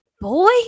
boy